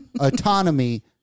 autonomy